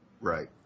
Right